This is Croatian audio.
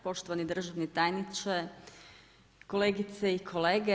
Poštovani državni tajniče, kolegice i kolege.